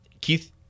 Keith